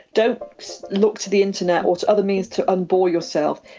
don't look to the internet or to other means to un-bore yourself.